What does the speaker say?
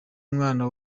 umwana